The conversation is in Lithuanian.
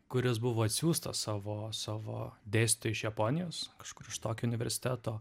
kuris buvo atsiųstas savo savo dėstytojo iš japonijos kažkur iš tokijo universiteto